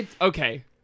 okay